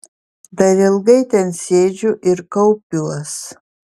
dar ilgai ten sėdžiu ir kaupiuos